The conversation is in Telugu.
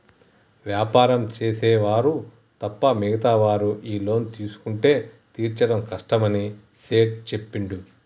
వ్యాపారం చేసే వారు తప్ప మిగతా వారు ఈ లోన్ తీసుకుంటే తీర్చడం కష్టమని సేట్ చెప్పిండు